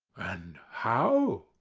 and how?